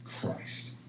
Christ